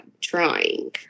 trying